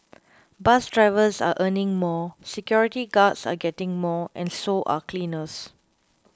bus drivers are earning more security guards are getting more and so are cleaners